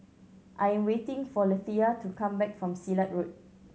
I am waiting for Lethia to come back from Silat Road